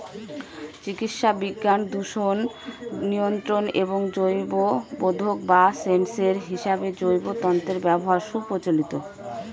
চিকিৎসাবিজ্ঞান, দূষণ নিয়ন্ত্রণ এবং জৈববোধক বা সেন্সর হিসেবে জৈব তন্তুর ব্যবহার সুপ্রচলিত